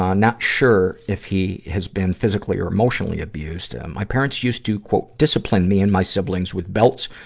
um not sure if he has been physically or emotionally abused. my parents used to discipline me and my siblings with belts,